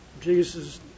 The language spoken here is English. Jesus